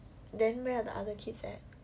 then where are the other kids at